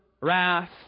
wrath